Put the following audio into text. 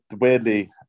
weirdly